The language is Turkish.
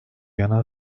yana